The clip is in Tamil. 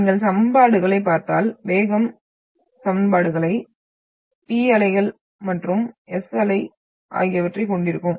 நீங்கள் சமன்பாடுகளைப் பார்த்தால் வேகம் சமன்பாடுகளான P அலை மற்றும் S அலை ஆகியவற்றைக் கொண்டிருக்கிறோம்